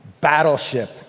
Battleship